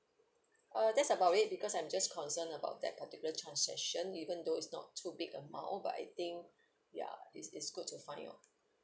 uh that's about it because I'm just concerned about that particular transaction even though it's not too big amount but I think ya it's it's good to find out